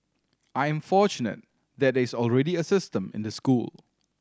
I am fortunate there is already a system in the school